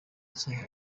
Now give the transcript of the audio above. cye